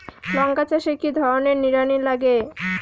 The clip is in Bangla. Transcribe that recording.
লঙ্কা চাষে কি ধরনের নিড়ানি লাগে?